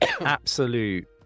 absolute